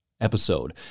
episode